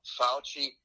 Fauci